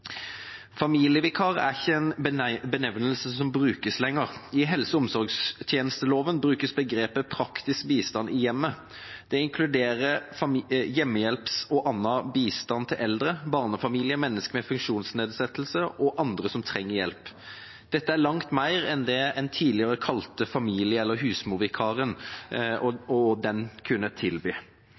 er ikke en benevnelse som brukes lenger. I helse- og omsorgstjenesteloven brukes begrepet «praktisk bistand» i hjemmet. Det inkluderer hjemmehjelp og annen bistand til eldre, barnefamilier, mennesker med funksjonsnedsettelse og andre som trenger hjelp. Dette er langt mer enn det en tidligere kalte familie- og husmorvikar, og det den kunne tilby.